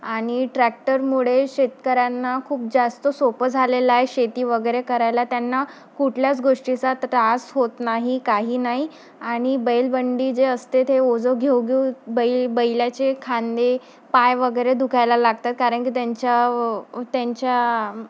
आणि ट्रॅक्टरमुळे शेतकऱ्यांना खूप जास्त सोपं झालेलं आहे शेती वगैरे करायला त्यांना कुठल्याच गोष्टीचा त्रास होत नाही काही नाही आणि बैलबंडी जे असते ते ओझं घेऊ घेऊ बैल बैलाचे खांदे पाय वगैरे दुखायला लागतात कारण की त्यांच्या त्यांच्या